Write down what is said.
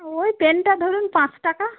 ওই পেনটা ধরুন পাঁচ টাকা